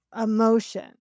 emotion